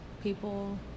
people